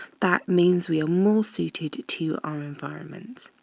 that means we are more suited to our environments.